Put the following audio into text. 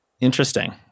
Interesting